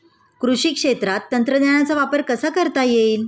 कृषी क्षेत्रात तंत्रज्ञानाचा वापर कसा करता येईल?